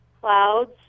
clouds